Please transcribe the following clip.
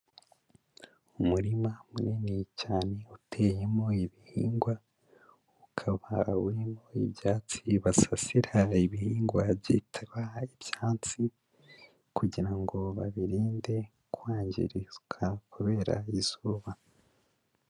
Umurima munini cyane uteyemo ibihingwa ukaba urimo ibyatsi basasira ibihingwa byitwa ibyasi, kugira ngo babirinde kwangirika kubera izuba.